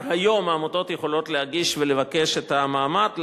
היום העמותות יכולות להגיש ולבקש בגללן את המעמד.